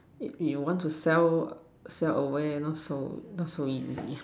eh you want to sell sell away not so easily